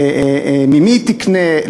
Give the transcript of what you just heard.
ממי היא תקנה,